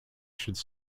should